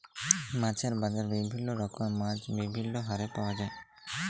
মাছের বাজারে বিভিল্য রকমের মাছ বিভিল্য হারে পাওয়া যায়